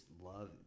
love